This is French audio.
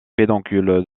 pédoncules